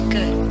Good